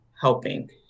helping